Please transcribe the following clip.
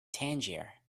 tangier